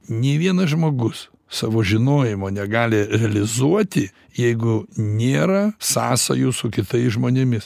nei vienas žmogus savo žinojimo negali realizuoti jeigu nėra sąsajų su kitais žmonėmis